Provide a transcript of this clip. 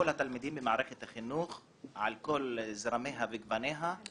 כל התלמידים במערכת החינוך על כל זרמיה וגווניה,